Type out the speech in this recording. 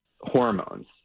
hormones